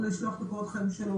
לשלוח את הקורות חיים שלו,